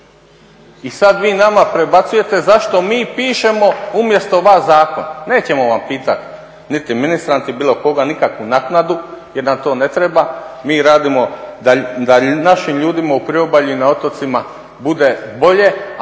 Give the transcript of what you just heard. I sad vi nama predbacujete zašto mi pišemo umjesto vas zakone. Nećemo vam pitati niti ministra, niti bilo koga nikakvu naknadu, jer nam to ne treba. Mi radimo da našim ljudima u priobalju i na otocima bude bolje, a